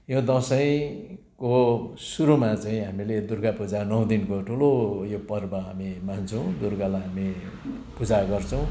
यो दसैँको सुरुमा चाहिँ हामीले दुर्गा पूजा नौ दिनको ठुलो यो पर्व हामी मान्छौँ दुर्गालाई हामी पूजा गर्छौँ